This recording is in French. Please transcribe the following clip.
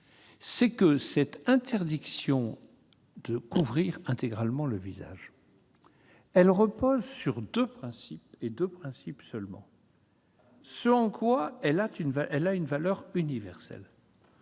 c'est que l'interdiction de couvrir intégralement le visage repose sur deux principes, et deux principes seulement, ce en quoi elle a une valeur universelle.